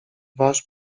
wasz